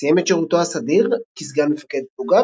סיים את שרותו הסדיר כסגן מפקד פלוגה,